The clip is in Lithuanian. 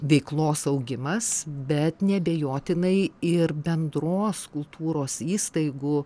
veiklos augimas bet neabejotinai ir bendros kultūros įstaigų